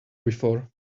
before